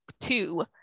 two